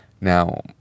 now